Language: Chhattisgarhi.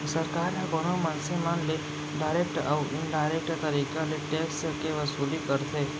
सरकार ह कोनो मनसे मन ले डारेक्ट अउ इनडारेक्ट तरीका ले टेक्स के वसूली करथे